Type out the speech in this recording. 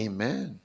Amen